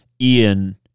Ian